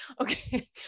okay